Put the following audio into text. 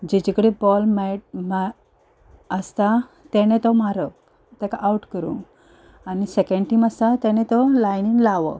जाचे कडेन बॉल मे मे आसता ताणे तो मारप ताका आवट करूंक आनी सेकँड टीम आसता ताणें तो लायनीन रावप